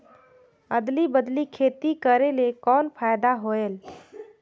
अदली बदली खेती करेले कौन फायदा होयल?